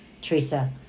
Teresa